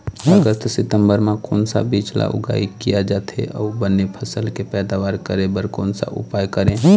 अगस्त सितंबर म कोन सा बीज ला उगाई किया जाथे, अऊ बने फसल के पैदावर करें बर कोन सा उपाय करें?